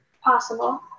possible